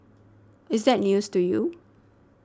is that news to you